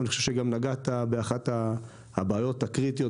אני חושב שגם נגעת באחת הבעיות הקריטיות,